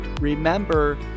Remember